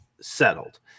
settled